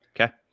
okay